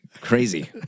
crazy